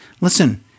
listen